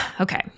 Okay